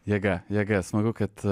jėga jėga smagu kad